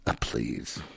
Please